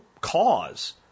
cause